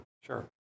sure